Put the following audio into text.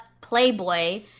playboy